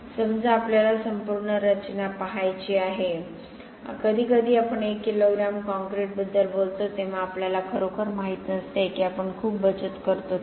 समजा आपल्याला संपूर्ण रचना पहायची आहे कधीकधी आपण एक किलोग्रॅम कॉंक्रिटबद्दल बोलतो तेव्हा आपल्याला खरोखर माहित नसते की आपण खूप बचत करतो की नाही